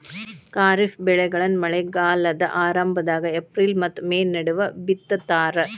ಖಾರಿಫ್ ಬೆಳೆಗಳನ್ನ ಮಳೆಗಾಲದ ಆರಂಭದಾಗ ಏಪ್ರಿಲ್ ಮತ್ತ ಮೇ ನಡುವ ಬಿತ್ತತಾರ